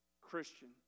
Christian